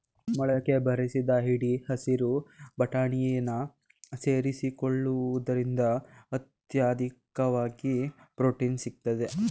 ಮೊಳಕೆ ಬರಿಸಿದ ಹಿಡಿ ಹಸಿರು ಬಟಾಣಿನ ಸೇರಿಸಿಕೊಳ್ಳುವುದ್ರಿಂದ ಅತ್ಯಧಿಕವಾಗಿ ಪ್ರೊಟೀನ್ ಸಿಗ್ತದೆ